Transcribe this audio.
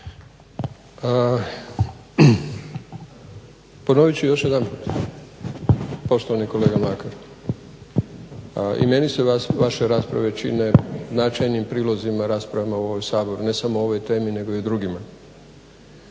Ponovit ću još jedanput poštovani kolega Mlakar. I meni se vaše rasprave čine značajnim prilozima raspravama u ovom Saboru, ne samo o ovoj temi nego i drugima.